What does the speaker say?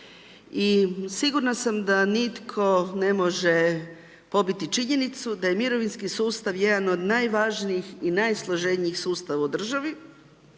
i sigurna sam da nitko ne može pobiti činjenicu da mirovinski sustav jedan od najvažnijih i najsloženijih sustava u državi,